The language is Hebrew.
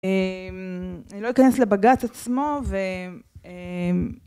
אני לא אכנס לבג"צ עצמו ו...